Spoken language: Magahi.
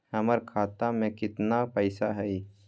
हमर खाता में केतना पैसा हई?